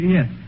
Yes